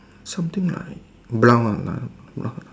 something like brown one lah brown